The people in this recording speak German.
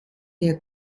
der